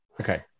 okay